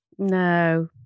No